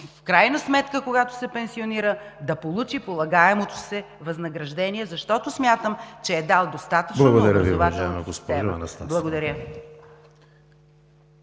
в крайна сметка, когато се пенсионира, да получи полагаемото се възнаграждение, защото смятам, че е дал достатъчно много на образователната система. Благодаря.